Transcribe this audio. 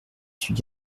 suis